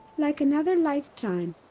like another lifetime.